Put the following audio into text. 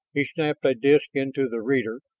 he snapped a disk into the reader,